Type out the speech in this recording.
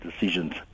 decisions